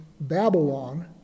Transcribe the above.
Babylon